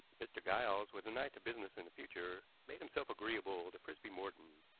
mr. giles, with an eye to business in the future, made himself agreeable to frisby morton,